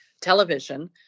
television